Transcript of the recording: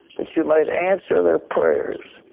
that you might answer their prayers.